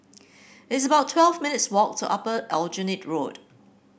it's about twelve minutes' walk to Upper Aljunied Road